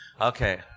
Okay